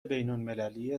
بینالمللی